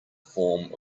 form